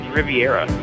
Riviera